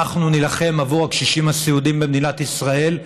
אנחנו נילחם עבור הקשישים הסיעודיים במדינת ישראל.